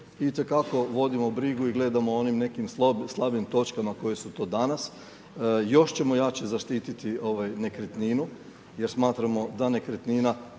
itekako vodimo brigu i gledamo o onim nekim slabim točkama koje su to danas. Još ćemo jače zaštiti nekretninu jer smatramo da nekretnina